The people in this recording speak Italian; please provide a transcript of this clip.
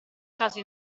caso